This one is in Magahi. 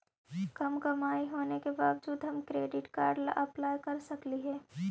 कम कमाई होने के बाबजूद हम क्रेडिट कार्ड ला अप्लाई कर सकली हे?